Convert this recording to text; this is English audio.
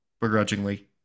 begrudgingly